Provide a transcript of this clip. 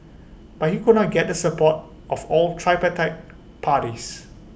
but he could not get the support of all tripartite parties